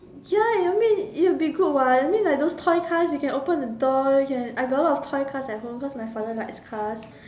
ya you mean it will be good what that mean like those toy car you can open the door you can I got a lot of toy cars at home because my father likes car